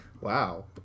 wow